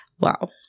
wow